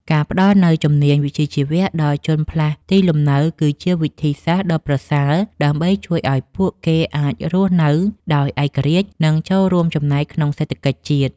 ការផ្តល់នូវជំនាញវិជ្ជាជីវៈដល់ជនផ្លាស់ទីលំនៅគឺជាវិធីសាស្ត្រដ៏ប្រសើរ ដើម្បីជួយឱ្យពួកគេអាចរស់នៅដោយឯករាជ្យ និងចូលរួមចំណែកក្នុងសេដ្ឋកិច្ចជាតិ។